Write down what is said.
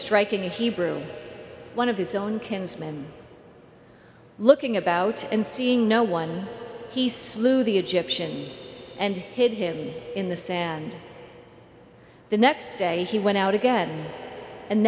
striking hebrew one of his own kinsman looking about and seeing no one he slew the egyptian and hid him in the sand the next day he went out again and